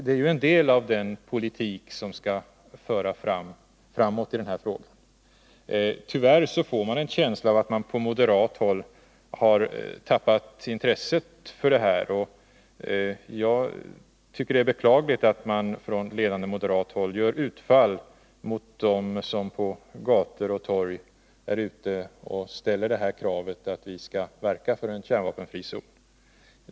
Det är ju en del av den politik som skall föra framåt i den här frågan. Tyvärr får jag en känsla av att man på moderat håll har tappat intresset för detta. Och jag tycker det är beklagligt att ledande moderater gör utfall mot dem som ute på gator och torg ställer detta krav att vi skall verka för en kärnvapenfri zon.